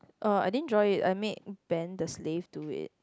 oh I didn't draw it I make Ben to slave to it